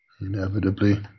inevitably